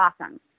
awesome